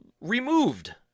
removed